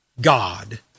God